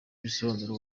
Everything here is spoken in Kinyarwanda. bisobanuro